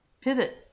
pivot